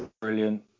Brilliant